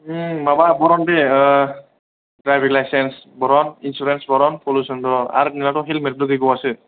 माबा बरन दे द्राइभिं लाइसेन्स बरन इन्सुरेन्स बरन पलुसन आरो नोंनाथ' हेल्मेट बो गैबावासो